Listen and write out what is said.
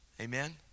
amen